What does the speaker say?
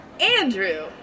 Andrew